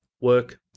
Work